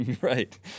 Right